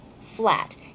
flat